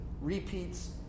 repeats